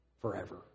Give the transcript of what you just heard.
Forever